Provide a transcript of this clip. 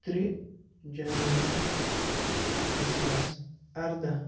ترٛےٚ جَنؤری زٕ ساس اَرداہ